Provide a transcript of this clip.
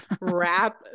wrap